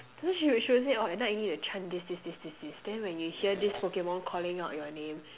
so she would she would say oh at night you will need to chant this this this this this then you will hear this Pokemon calling out your name